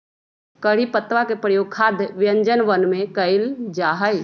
करी पत्तवा के प्रयोग खाद्य व्यंजनवन में कइल जाहई